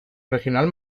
regional